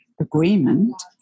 agreement